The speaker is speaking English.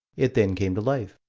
it then came to life.